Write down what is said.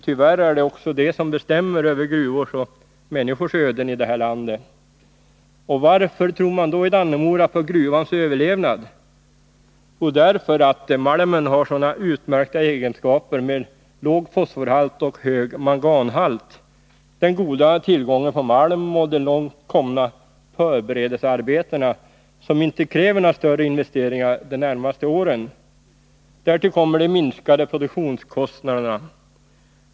Tyvärr är det också de senare som bestämmer över gruvors och människors öden i det här landet. Varför tror man då i Dannemora på gruvans överlevnad? Jo, därför att malmen har sådana utmärkta egenskaper med låg fosforhalt och hög manganhalt, därför att tillgången på malm är god och därför att förberedelsearbetena är långt komna och inte kräver några större investeringar de närmaste åren. Därtill kommer de minskade produktionskostnaderna.